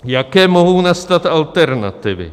Jaké mohou nastat alternativy?